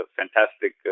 fantastic